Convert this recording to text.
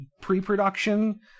pre-production